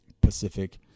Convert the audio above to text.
Pacific